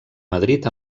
madrid